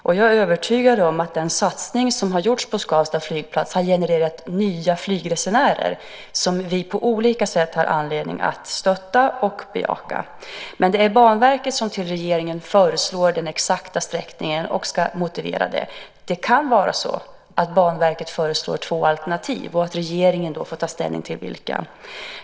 Och jag är övertygad om att den satsning som har gjorts på Skavsta flygplats har genererat nya flygresenärer som vi på olika sätt har anledning att stötta och bejaka. Men det är Banverket som föreslår den exakta sträckningen till regeringen och ska motivera den. Det kan vara så att Banverket föreslår två alternativ och att regeringen då får ta ställning till dem.